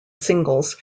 singles